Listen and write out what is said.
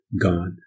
God